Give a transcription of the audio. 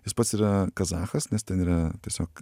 jis pats yra kazachas nes ten yra tiesiog